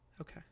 Okay